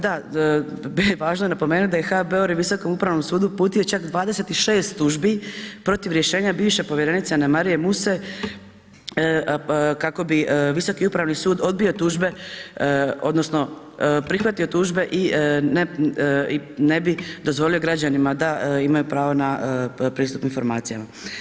Da, b) važno je napomenuti da je HBOR Visokom upravnom sudu uputio čak 26 tužbi protiv rješenja bivše povjerenice Anamarije Muse kako bi Visoki upravni sud odbio tužbe odnosno prihvatio tužbe i ne bi dozvolio građanima da imaju pravo na pristup informacijama.